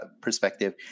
perspective